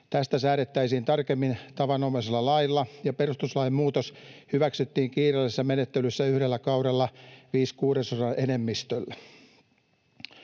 Tästä säädettäisiin tarkemmin tavanomaisella lailla, ja perustuslain muutos hyväksyttiin kiireellisessä menettelyssä yhdellä kaudella viiden kuudesosan enemmistöllä.